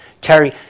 Terry